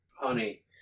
Honey